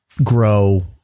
grow